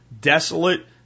desolate